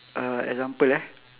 uh example ya